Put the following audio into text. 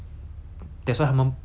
an essential worker lor